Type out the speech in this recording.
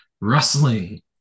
rustling